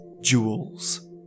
jewels